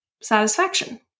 satisfaction